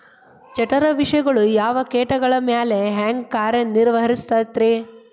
ಜಠರ ವಿಷಗಳು ಯಾವ ಕೇಟಗಳ ಮ್ಯಾಲೆ ಹ್ಯಾಂಗ ಕಾರ್ಯ ನಿರ್ವಹಿಸತೈತ್ರಿ?